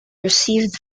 received